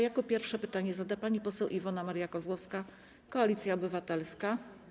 Jako pierwsza pytanie zada pani poseł Iwona Maria Kozłowska, Koalicja Obywatelska.